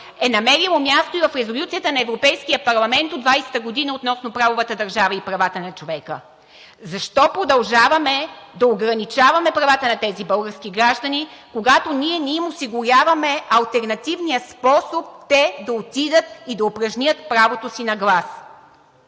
е намерило място в Резолюцията на Европейския парламент от 2020 г. относно правовата държава и правата на човека. Защо продължаваме да ограничаваме правата на тези български граждани, когато ние не им осигуряване алтернативния способ те да отидат и да упражнят правото си на глас.